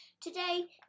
Today